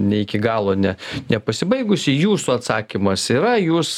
ne iki galo ne nepasibaigusi jūsų atsakymas yra jūs